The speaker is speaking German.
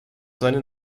seine